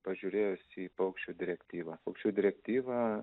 pažiūrėjus į paukščių direktyvą paukščių direktyvą